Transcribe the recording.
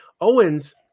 Owens